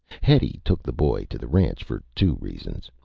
hetty took the boy to the ranch for two reasons.